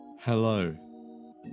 Hello